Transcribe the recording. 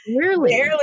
Barely